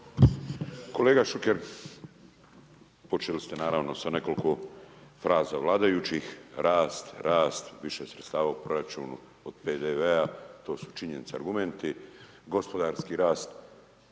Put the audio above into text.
Kolega Šuker, počeli ste naravno sa nekoliko fraza vladajućih. Rast, rast, više sredstava u proračunu od PDV-a. To su činjenice, argumenti. Gospodarski rast.